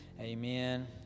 Amen